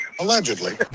Allegedly